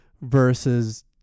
versus